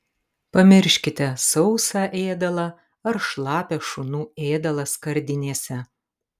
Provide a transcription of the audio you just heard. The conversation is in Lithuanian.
pamirškite sausą ėdalą ar šlapią šunų ėdalą skardinėse